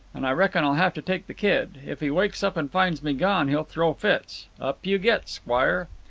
and i reckon i'll have to take the kid. if he wakes up and finds me gone he'll throw fits. up you get, squire.